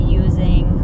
using